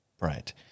Right